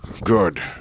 Good